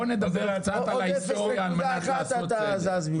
עוד 0.1 אתה זז מפה.